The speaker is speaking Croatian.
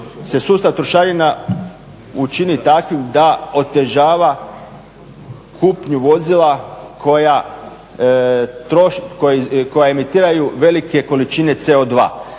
sustav trošarina učini takvim da otežava kupnju vozila koja emitiraju velike količine CO2.